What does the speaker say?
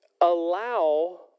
allow